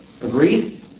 Agreed